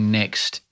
next